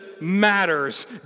matters